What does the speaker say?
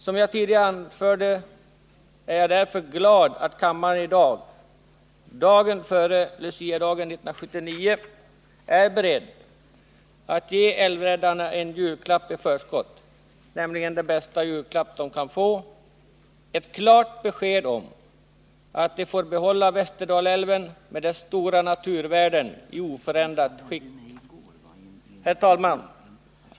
Som jag tidigare anförde är jag därför glad att kammaren i dag, dagen före Luciadagen 1979, är beredd att ge älvräddarna en julklapp i förskott — den bästa julklapp de kan få: ett klart besked om att de får behålla Västerdalälven med dess stora naturvärden i oförändrat skick. Herr talman!